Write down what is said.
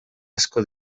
asko